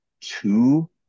two